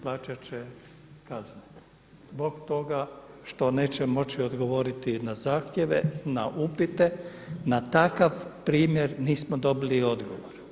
Plaćat će kaznu zbog toga što neće moći odgovoriti na zahtjeve na upite, na takav primjer nismo dobili odgovor.